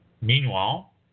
Meanwhile